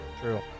True